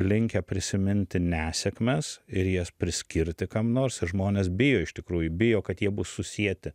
linkę prisiminti nesėkmes ir jas priskirti kam nors ir žmonės bijo iš tikrųjų bijo kad jie bus susieti